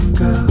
go